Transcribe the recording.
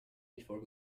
before